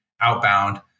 outbound